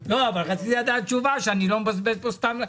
רציתי לדעת תשובה ולדעת שאני לא מבזבז פה סתם זמן.